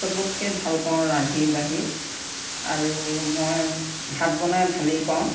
চবতকৈ ভাল পাওঁ ৰান্ধি বাঢ়ি আৰু মই ভাত বনাই ভালেই পাওঁ